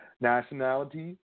Nationality